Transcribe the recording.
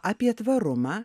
apie tvarumą